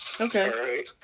Okay